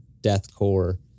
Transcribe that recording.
deathcore